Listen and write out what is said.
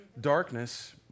Darkness